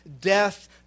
death